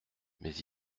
mais